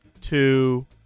two